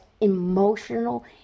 emotional